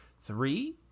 Three